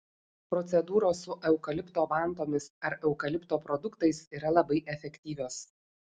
procedūros su eukalipto vantomis ar eukalipto produktais yra labai efektyvios